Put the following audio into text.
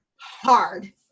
hard